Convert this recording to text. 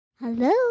Hello